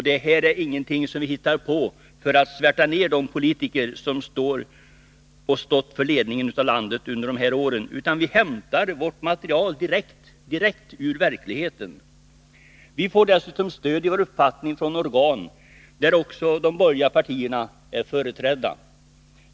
Detta är ingenting som vi hittar på för att svärta ner de politiker som står och har stått för ledningen av landet under de här åren, utan vi hämtar vårt material direkt ur verkligheten. Vi får dessutom stöd i vår uppfattning från organ där också de borgerliga partierna är företrädda.